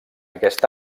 aquest